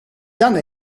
done